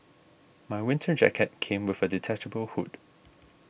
my winter jacket came with a detachable hood